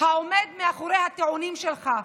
העומד מאחורי הטיעונים שלך.